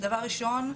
דבר ראשון,